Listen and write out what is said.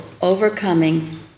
overcoming